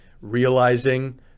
realizing